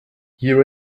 here